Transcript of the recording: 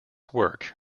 work